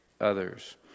others